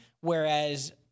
whereas